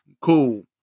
Cool